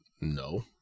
No